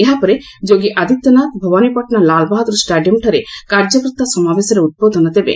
ଏହାପରେ ଯୋଗୀ ଆଦିତ୍ୟନାଥ ଭବାନୀପାଟଶା ଲାଲ୍ବାହାଦ୍ର ଷ୍ଟାଡିୟମ୍ଠାରେ କାର୍ଯ୍ୟକର୍ତ୍ତା ସମାବେଶରେ ଉଦ୍ବୋଧନ ଦେବେ